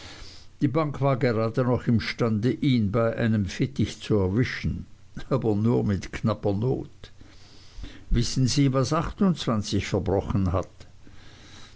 die bank war gerade noch imstande ihn bei einem fittich zu erwischen aber nur mit knapper not wissen sie was verbrochen hat